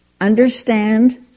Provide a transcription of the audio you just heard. understand